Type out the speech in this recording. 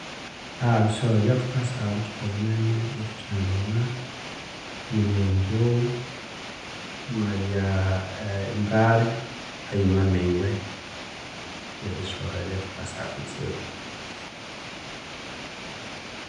Ebisoro ebyathukasagha obuthuku obunene ebya thuthendana mulhi enzoghu, emwabya endalhe haghima ne engwe byebisoro ebyathukasagha kutsibu.